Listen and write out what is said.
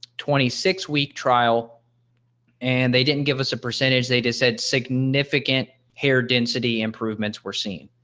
twenty six week trial and they didn't give us a percentage they just said significant hair density improvements we're seeing.